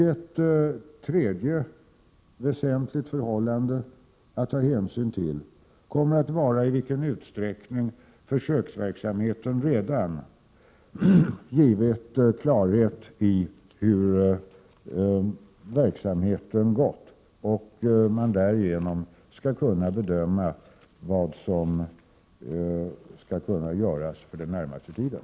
Ett tredje väsentligt förhållande att ta hänsyn till kommer att vara i vilken utsträckning försöksverksamheten redan givit klarhet i hur verksamheten har gått och hur man därigenom skall kunna bedöma vad som skall kunna göras för den närmaste tiden.